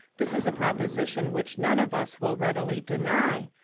this is a proposition which none of us will readily deny,